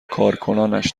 کارکنانش